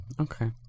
Okay